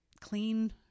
clean